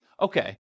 okay